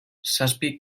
zazpi